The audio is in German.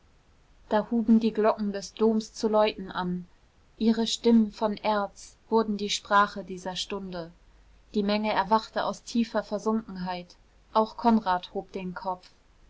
da huben die glocken des doms zu läuten an ihre stimmen von erz wurden die sprache dieser stunde die menge erwachte aus tiefer versunkenheit auch konrad hob den kopf